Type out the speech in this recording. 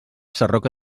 sarroca